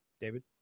David